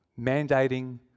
mandating